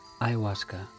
Ayahuasca